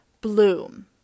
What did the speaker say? Bloom